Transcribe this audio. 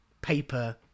paper